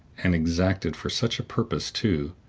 and exacted for such a purpose too,